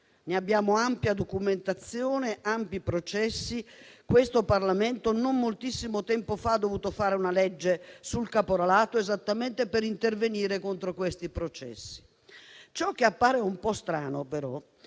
ne abbiamo ampia documentazione e ampi processi. Questo Parlamento, non moltissimo tempo fa, ha dovuto approvare una legge sul caporalato esattamente per intervenire contro questi processi. Ciò che appare un po' strano, però,